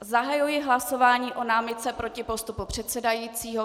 Zahajuji hlasování o námitce proti postupu předsedajícího.